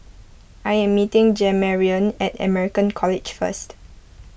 I am meeting Jamarion at American College first